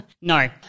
no